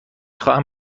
خواهم